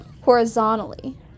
horizontally